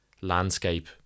landscape